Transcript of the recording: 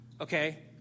Okay